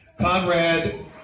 Conrad